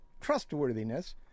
trustworthiness